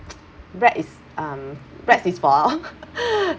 bread is um breads is for